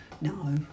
No